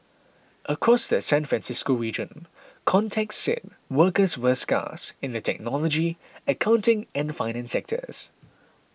across the San Francisco region contacts said workers were scarce in the technology accounting and finance sectors